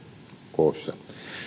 koossa